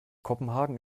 kopenhagen